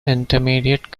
intermediate